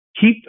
keep